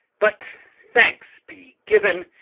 but thanks be given,